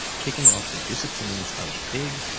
kicking off the disappearance of big,